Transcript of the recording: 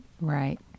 Right